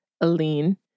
Aline